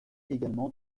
également